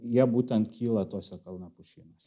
jie būtent kyla tose kalnapušynuose